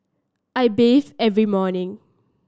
I bathe every morning